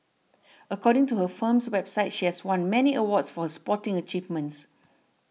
according to her firm's website she has won many awards for her sporting achievements